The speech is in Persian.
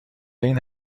این